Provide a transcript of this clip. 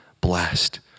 blessed